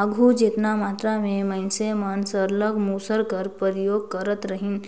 आघु जेतना मातरा में मइनसे मन सरलग मूसर कर उपियोग करत रहिन